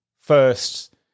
first